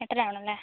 എട്ടര ആയുള്ളൂ അല്ലേ